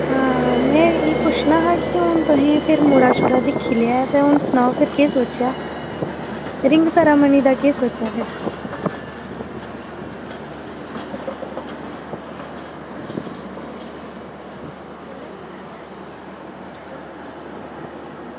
में एह् पुच्छना हा कि हून तुसें फिर मुड़ा शुड़ा दिक्खी लेआ ते हून सनाओ फिर केह् सोचेआ रिंग सेरेमनी दा केह् सोचेआ फिर